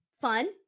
fun